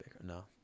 No